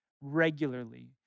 regularly